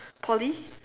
poly